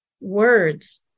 words